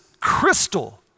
crystal